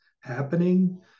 happening